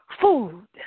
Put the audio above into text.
food